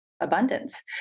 abundance